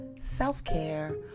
self-care